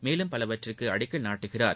மேலும் பலவற்றுக்கு அடிக்கல் நாட்டுகிறார்